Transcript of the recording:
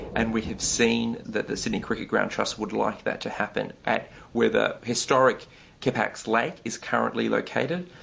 and we've seen that the sydney cricket ground trust would like that to happen at where the historic kippax lake is currently located.